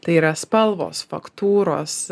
tai yra spalvos faktūros